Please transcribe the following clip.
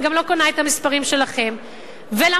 זה